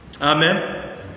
Amen